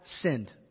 sinned